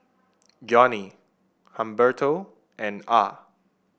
Johnny Humberto and Ah